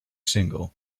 single